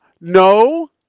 no